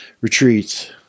retreats